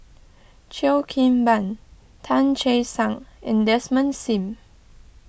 Cheo Kim Ban Tan Che Sang and Desmond Sim